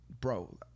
Bro